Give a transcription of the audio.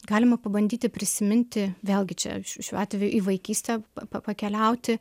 galima pabandyti prisiminti vėlgi čia šiuo atveju į vaikystę pa pakeliauti